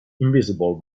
invisible